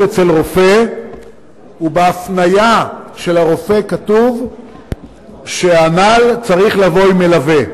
אצל רופא ובהפניה של הרופא כתוב שהנ"ל צריך לבוא עם מלווה.